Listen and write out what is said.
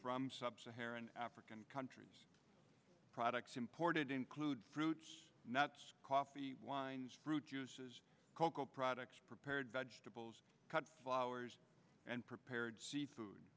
from sub saharan african countries products imported include fruits nuts coffee wines fruit juices cocoa products prepared vegetables cut flowers and prepared food